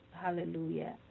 Hallelujah